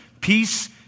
peace